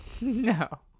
No